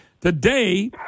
Today